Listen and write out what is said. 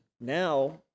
now